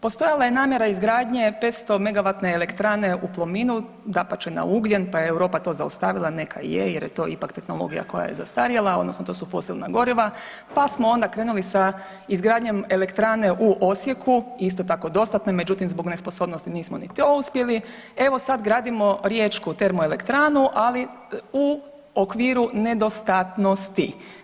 Postojala je namjera izgradnje 500-megavatne elektrane u Plomini, dapače na ugljen pa je Europa to zaustavila, neka je jer je to ipak tehnologija koja je zastarjela odnosno to su fosilna goriva, pa smo onda krenuli sa izgradnjom elektrane u Osijeku, isto tako dostatno je, međutim zbog nesposobnosti nismo ni to uspjeli, evo sad gradimo riječku termoelektranu, ali u okviru nedostatnosti.